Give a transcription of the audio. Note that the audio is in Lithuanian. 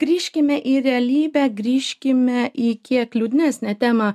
grįžkime į realybę grįžkime į kiek liūdnesnę temą